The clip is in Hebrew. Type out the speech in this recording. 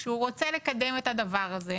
שהוא רוצה לקדם את הדבר הזה.